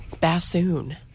Bassoon